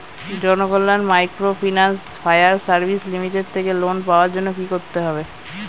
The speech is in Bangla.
Janakalyan microfinance fire service limited থেকে লোন পাওয়ার জন্য কি করতে হবে?